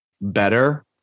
better